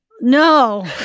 no